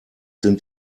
sind